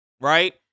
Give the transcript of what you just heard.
right